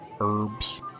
herbs